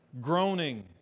groaning